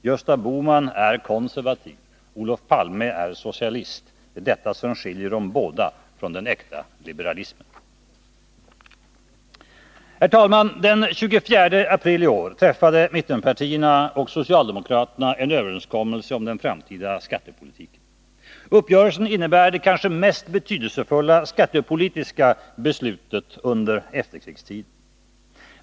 Gösta Bohman är konservativ, och Olof Palme är socialist — det är detta som skiljer dem båda från den äkta liberalismen. Herr talman! Den 24 april i år träffade mittenpartierna och socialdemokraterna en överenskommelse om den framtida skattepolitiken. Uppgörelsen innebär det kanske mest betydelsefulla skattepolitiska beslutet under efterkrigstiden.